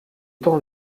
temps